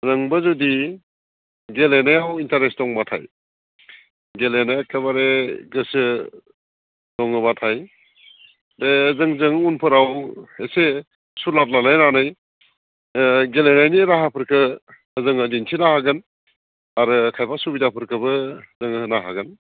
नोंबो जुदि गेलेनायाव इनटारेस दंबाथाय गेलेनो एकेबारे गोसो दङबाथाय दे जोंजों उनफोराव एसे सुलाद लालायनानै ओ गेलेनायनि राहाफोरखौ जोङो दिन्थिनो हागोन आरो खायफा सुबिदाफोरखौबो जों होनो हागोन